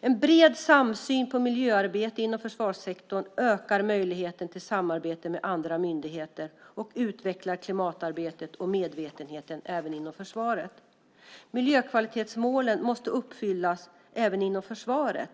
En bred samsyn på miljöarbete inom försvarssektorn ökar möjligheten till samarbete med andra myndigheter och utvecklar klimatarbetet och medvetenheten även inom försvaret. Miljökvalitetsmålen måste uppfyllas även inom försvaret.